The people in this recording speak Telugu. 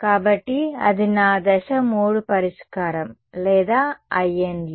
కాబట్టి అది నా దశ 3 పరిష్కారం లేదా In లు